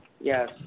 Yes